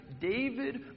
David